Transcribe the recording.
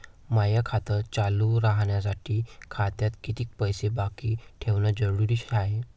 माय खातं चालू राहासाठी खात्यात कितीक पैसे बाकी ठेवणं जरुरीच हाय?